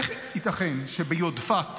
איך ייתכן שביודפת